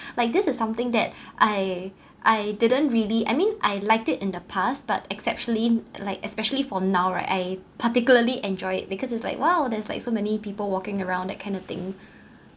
like this is something that I I didn't really I mean I liked it in the past but exceptionally like especially for now right I particularly enjoy it because it's like !wow! there's like so many people walking around that kind of thing